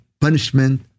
punishment